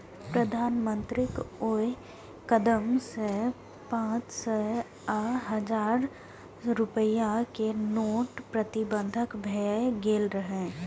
प्रधानमंत्रीक ओइ कदम सं पांच सय आ हजार रुपैया के नोट प्रतिबंधित भए गेल रहै